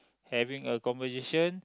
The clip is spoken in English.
having a conversation